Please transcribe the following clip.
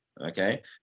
okay